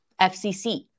FCC